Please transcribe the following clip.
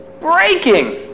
breaking